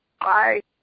bye